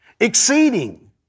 exceeding